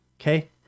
okay